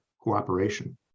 cooperation